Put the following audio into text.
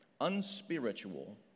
unspiritual